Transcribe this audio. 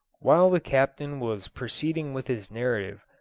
while the captain was proceeding with his narrative,